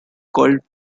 called